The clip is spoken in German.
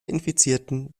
infizierten